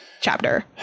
chapter